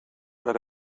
per